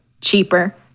cheaper